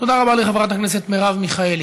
תודה רבה לחברת הכנסת מרב מיכאלי.